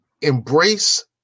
embrace